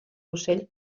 ocell